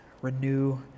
Renew